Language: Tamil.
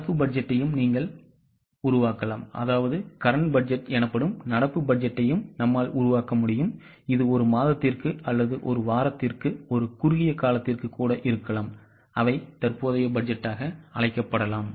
நடப்பு பட்ஜெட்டையும் நீங்கள் உருவாக்கலாம் இது ஒரு மாதத்திற்கு அல்லது ஒரு வாரத்திற்கு ஒரு குறுகிய காலத்திற்கு கூட இருக்கலாம் அவை தற்போதைய பட்ஜெட்டாக அழைக்கப்படலாம்